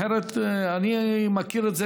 אחרת, אני מכיר את זה